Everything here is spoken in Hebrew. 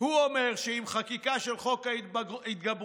הוא אומר שחקיקה של חוק ההתגברות,